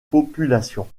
populations